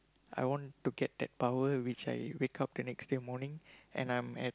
I want to get that power which I wake up the next day morning and I'm at